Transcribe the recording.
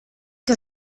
que